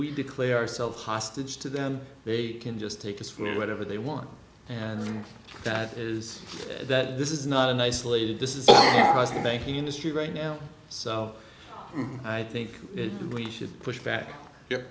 we declare ourself hostage to them they can just take a school or whatever they want and that is that this is not an isolated this is the banking industry right now so i think we should push back you're